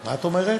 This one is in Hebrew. מה את אומרת?